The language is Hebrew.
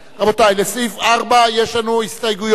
רבותי, לסעיף 4 יש לנו הסתייגויות.